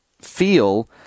feel